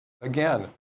again